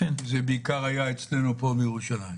בעיקר בירושלים.